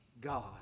God